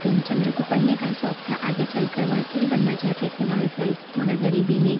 प्रेमचन्द्र को पढ़ने का शौक था आगे चलकर वकील बनना चाहते थे मगर मगर गरीबी ने